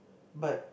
but